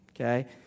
okay